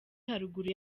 haruguru